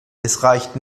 reicht